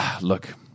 look